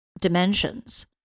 dimensions